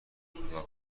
کوتاه